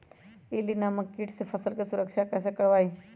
इल्ली नामक किट से फसल के सुरक्षा कैसे करवाईं?